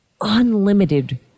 unlimited